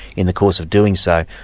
in the course of doing so,